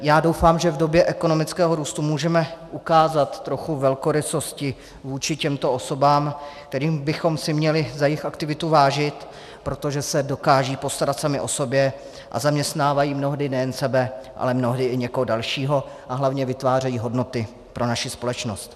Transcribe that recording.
Já doufám, že v době ekonomického růstu můžeme ukázat trochu velkorysosti vůči těmto osobám, kterých bychom si měli za jejich aktivitu vážit, protože se dokážou postarat sami o sebe a zaměstnávají mnohdy nejen sebe, ale mnohdy i někoho dalšího a hlavně vytvářejí hodnoty pro naši společnost.